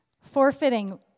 Forfeiting